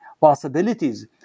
possibilities